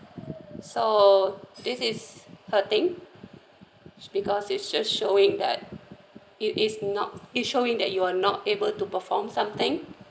so this is hurting because it's just showing that it is not it showing that you are not able to perform something